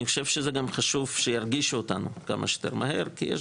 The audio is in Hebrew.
גם חשוב שירגישו אותנו כמה שיותר מהר כי יש